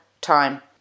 time